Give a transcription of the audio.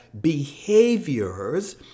behaviors